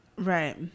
Right